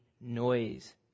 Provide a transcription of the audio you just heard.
noise